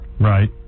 right